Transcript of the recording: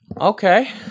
Okay